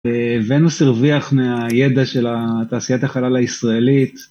אהה.. ונוס הרוויח מהידע של ה.. תעשיית החלל הישראלית.